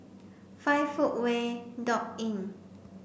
five footway dot Inn